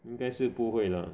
应该是不会 lah